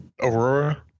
Aurora